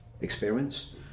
experience